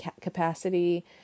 capacity